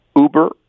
Uber